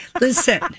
Listen